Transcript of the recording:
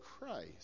Christ